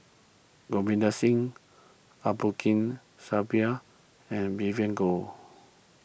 Ravinder Singh Abdul and Vivien Goh